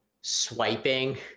swiping